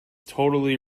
totally